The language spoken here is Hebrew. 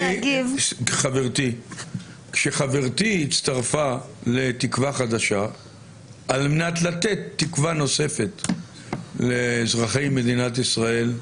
כשחברתי הצטרפה לתקווה חדשה על מנת לתת תקווה נוספת לאזרחי מדינת ישראל,